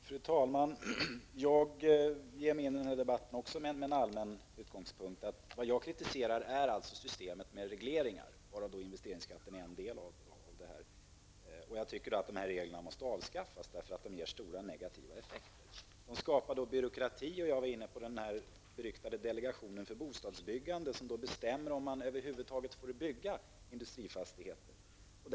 Fru talman! Jag ger mig in i den här debatten också med en allmän utgångspunkt. Vad jag kritiserar är systemet med regleringar, där investeringsskatten är en. Jag tycker att reglerna måste avskaffas därför att de ger stora negativa effekter. De skapar byråkrati. Jag var inne på den beryktade delegationen för bostadsbyggande, som bestämmer om man över huvud taget får bygga industrifastigheter.